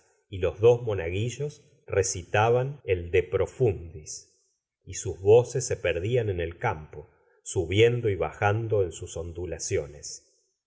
y los dos monaguillos recitaban el de p ofunclis y sus voces se perdían en el campo subiendo y bajando en sus ondulaciones